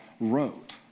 wrote